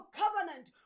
covenant